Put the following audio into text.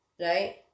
right